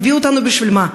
הביאו אותנו בשביל מה?